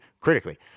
Critically